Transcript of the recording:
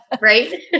Right